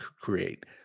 create